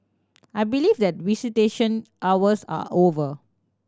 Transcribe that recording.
I believe that visitation hours are over